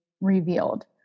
revealed